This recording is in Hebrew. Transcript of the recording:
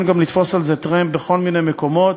גם לתפוס על זה טרמפ בכל מיני מקומות,